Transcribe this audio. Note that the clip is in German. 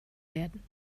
werden